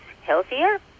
healthier